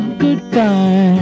goodbye